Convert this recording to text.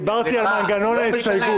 דיברתי על מנגנון ההסתייגות.